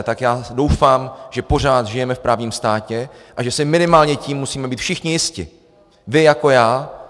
Tak já doufám, že pořád žijeme v právním státě a že si minimálně tím musíme být všichni jisti, vy jako já.